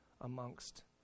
amongst